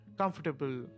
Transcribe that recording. Comfortable